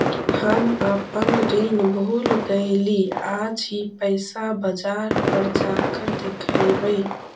हम अपन ऋण भूल गईली आज ही पैसा बाजार पर जाकर देखवई